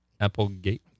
Applegate